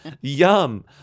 yum